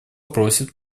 просит